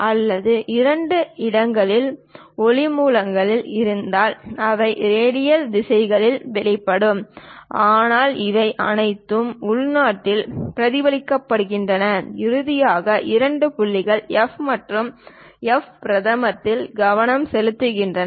அல்லது இரண்டு இடங்களில் ஒளி மூலங்கள் இருந்தால் அவை ரேடியல் திசைகளில் வெளிப்படும் ஆனால் இவை அனைத்தும் உள்நாட்டில் பிரதிபலிக்கின்றன இறுதியாக இரண்டு புள்ளிகள் எஃப் மற்றும் எஃப் பிரதமத்தில் கவனம் செலுத்துகின்றன